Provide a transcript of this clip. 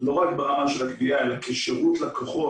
לא רק ברמת הגבייה אלא כשירות לקוחות.